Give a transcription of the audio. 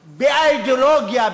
באידיאולוגיה,